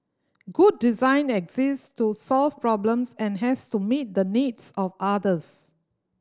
good design exists to solve problems and has to meet the needs of others